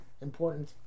important